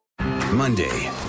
Monday